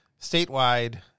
statewide